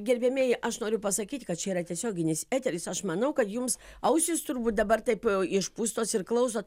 gerbiamieji aš noriu pasakyt kad čia yra tiesioginis eteris aš manau kad jums ausys turbūt dabar taip išpūstos ir klauso